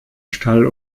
stall